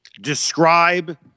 describe